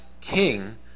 king